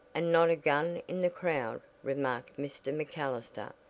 and not a gun in the crowd, remarked mr. macallister.